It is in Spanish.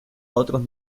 otros